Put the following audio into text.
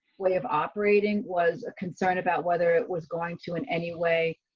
way of operating was a concern about whether it was going to in any way.